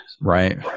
Right